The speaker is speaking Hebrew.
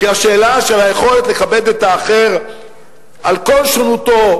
כי השאלה של היכולת לכבד את האחר על כל שונותו,